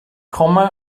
komme